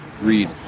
Read